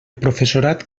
professorat